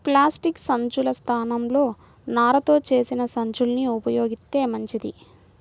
plastic సంచుల స్థానంలో నారతో చేసిన సంచుల్ని ఉపయోగిత్తే మంచిది